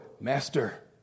master